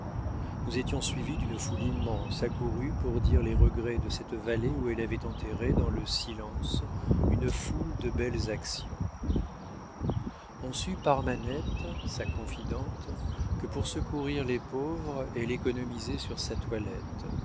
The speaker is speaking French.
nous étions suivis d'une foule immense accourue pour dire les regrets de cette vallée où elle avait enterré dans le silence une foule de belles actions on sut par manette sa confidente que pour secourir les pauvres elle économisait sur sa toilette